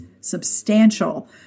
substantial